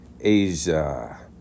Asia